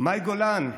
מאי גולן,